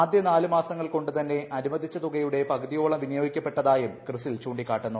ആദ്യ നാലു മാസങ്ങൾ കൊണ്ടു തന്നെ അനുവദിച്ച തുകയുടെ പകുതിയോളം വിനിയോഗിക്കപ്പെട്ടതായും ക്രിസിൽ ചൂണ്ടി കാട്ടുന്നു